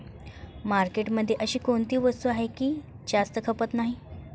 मार्केटमध्ये अशी कोणती वस्तू आहे की जास्त खपत नाही?